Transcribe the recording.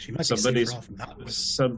Somebody's